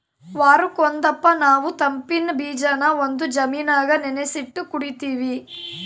ವಾರುಕ್ ಒಂದಪ್ಪ ನಾವು ತಂಪಿನ್ ಬೀಜಾನ ಒಂದು ಜಾಮಿನಾಗ ನೆನಿಸಿಟ್ಟು ಕುಡೀತೀವಿ